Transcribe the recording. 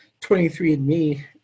23andMe